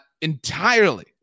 entirely